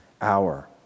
hour